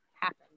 happen